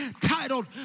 titled